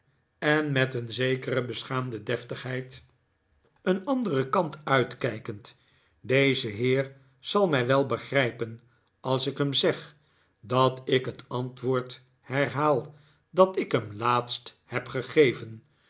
en met een zekere beschaamde deftigheid een anderen kant uitkijkend deze heer zal mij wel begrijpen als ik hem zeg dat ik het antwoord herhaal dat ik hem laatst heb gegeven